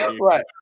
Right